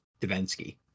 Davinsky